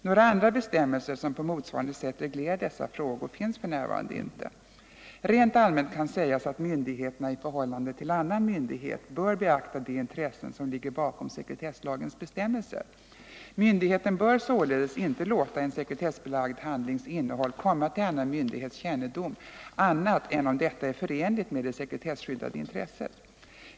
Några andra bestämmelser som på motsvarande sätt reglerar dessa frågor finns f. n. inte. Rent allmänt kan sägas att myndigheterna i förhållande till annan myndighet bör beakta de intressen som ligger bakom sekretesslagens bestämmelser. Myndigheten bör således inte låta en sekretessbelagd handlings innehåll komma till annan myndighets kännedom annat än om detta är förenligt med det sekretesskyddade intresset.